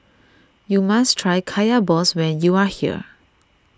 you must try Kaya Balls when you are here